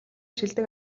шилдэг